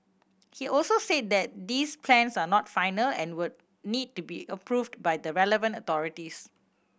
he also said that these plans are not final and would need to be approved by the relevant authorities